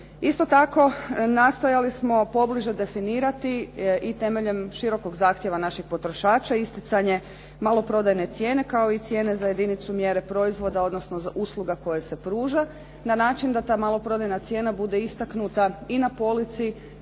Isto tako, nastojali smo pobliže definirati i temeljem širokog zahtjeva naših potrošača isticanje maloprodajne cijene kao i cijene za jedinicu mjere proizvoda, odnosno usluga koja se pruža na način da ta maloprodajna cijena bude istaknuta i na polici